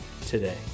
today